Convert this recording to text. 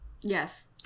yes